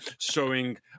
showing